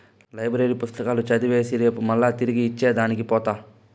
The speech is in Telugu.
లైబ్రరీ పుస్తకాలు చదివేసి రేపు మల్లా తిరిగి ఇచ్చే దానికి పోత